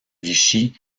vichy